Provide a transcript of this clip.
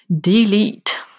delete